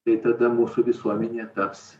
tai tada mūsų visuomenė taps